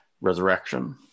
resurrection